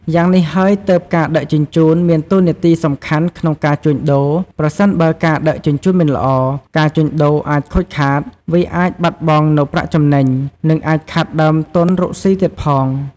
យ៉ាងនេះហើយទើបការដឹកជញ្ជូន មានតួនាទីសំខាន់ក្នុងការជួញដូរ ប្រសិនបើការដឹកជញ្ជូនមិនល្អ ការជួញដូរអាចខូចខាត វាអាចបាត់បង់នៅប្រាក់ចំណេញ និងអាចខាតដើមទន់រកស៊ីទៀតផង។